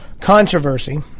controversy